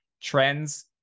trends